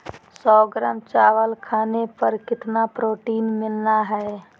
सौ ग्राम चावल खाने पर कितना प्रोटीन मिलना हैय?